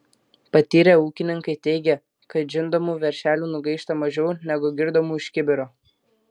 patyrę ūkininkai teigia kad žindomų veršelių nugaišta mažiau negu girdomų iš kibiro